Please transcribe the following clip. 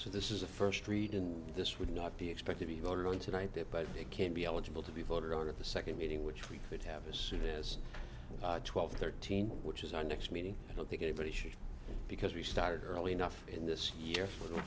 so this is the first reading this would not be expect to be voted on tonight there but it can be eligible to be voted on at the second meeting which we could have a see this twelve thirteen which is our next meeting i don't think anybody should because we started early enough in this year for